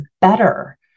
better